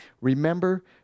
remember